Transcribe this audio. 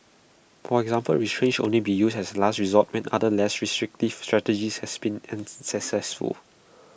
for example restraints should only be used as A last resort when other less restrictive strategies has been unsuccessful